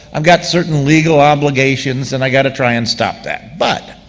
i've got certain legal obligations and i've got to try and stop that. but